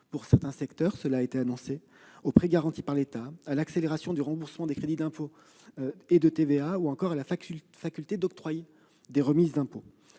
pour certains secteurs récemment annoncés, les prêts garantis par l'État, l'accélération du remboursement des crédits d'impôts et de TVA ou encore la faculté d'octroyer des remises d'impôts.